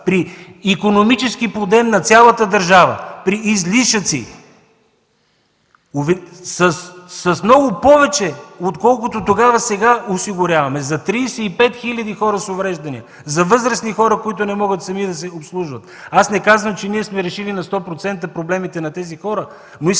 при икономически подем в цялата държава, при излишъци! С много повече отколкото тогава осигуряваме сега – за 35 000 хора с увреждания, за възрастни хора, които не могат сами да се обслужват. Не казвам, че сме решили на 100% проблемите на тези хора, но